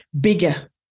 bigger